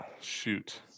shoot